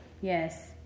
yes